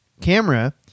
camera